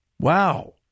Wow